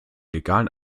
legalen